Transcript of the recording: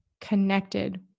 connected